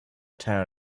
town